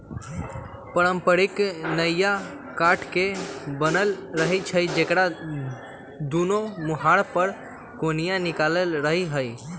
पारंपरिक नइया काठ के बनल रहै छइ जेकरा दुनो मूहान पर कोनिया निकालल रहैत हइ